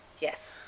yes